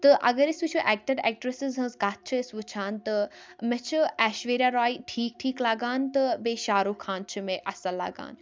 تہٕ اگر أسۍ وٕچھو ایکٹَر اٮ۪کٹرٛٮ۪سِز ہٕنٛز کَتھ چھِ أسۍ وٕچھان تہٕ مےٚ چھِ ایشویرا راے ٹھیٖک ٹھیٖک لَگان تہٕ بیٚیہِ شاہ رُخ خان چھِ مےٚ اَصٕل لَگان